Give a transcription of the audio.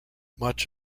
much